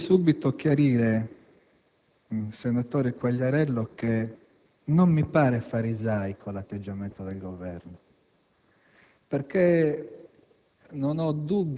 Vorrei subito chiarire, senatore Quagliariello, che non mi pare farisaico l'atteggiamento del Governo, perché